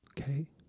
Okay